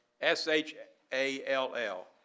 S-H-A-L-L